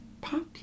popular